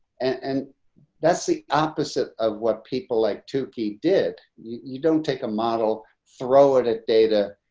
and that's the opposite of what people like to keep did. you don't take a model, throw it at data,